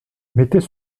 mettez